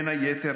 בין היתר,